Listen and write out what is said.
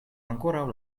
ankoraŭ